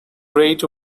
great